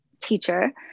teacher